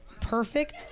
perfect